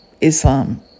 Islam